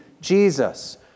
Jesus